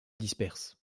disperse